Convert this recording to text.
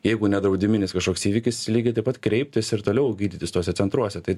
jeigu nedraudiminis kažkoks įvykis lygiai taip pat kreiptis ir toliau gydytis tuose centruose tai